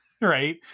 right